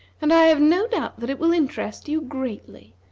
and i have no doubt that it will interest you greatly.